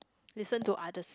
listen to others